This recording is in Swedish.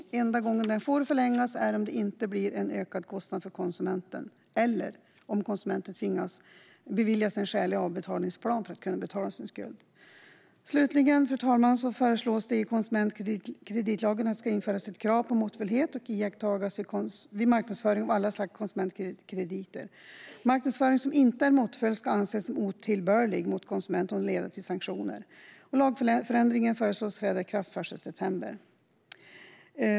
Den får dock förlängas om det inte blir en ökad kostnad för konsumenten eller om konsumenten beviljas en skälig avbetalningsplan för att kunna betala sin skuld. Det ska i konsumentkreditlagen införas ett krav på att måttfullhet ska iakttas vid marknadsföring av alla slags konsumentkrediter. Marknadsföring som inte är måttfull ska anses som otillbörlig mot konsumenter och kunna leda till sanktioner. Lagförändringen föreslås träda i kraft den 1 september 2018.